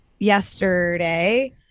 Yesterday